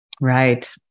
Right